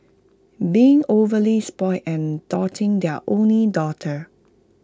being overly spoilt and doting their only daughter